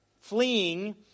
fleeing